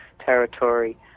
Territory